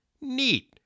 Neat